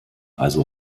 also